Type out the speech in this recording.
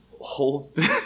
holds